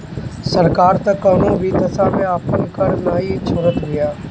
सरकार तअ कवनो भी दशा में आपन कर नाइ छोड़त बिया